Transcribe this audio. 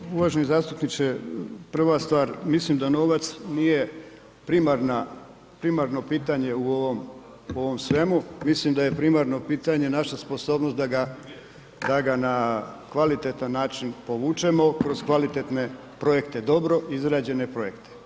Dakle, uvaženi zastupniče prva stvar, mislim da novac nije primarno pitanje u ovom svemu, mislim da je primarno pitanje naša sposobnost da ga na kvalitetan način povučemo kroz kvalitetne projekte, dobro izrađene projekte.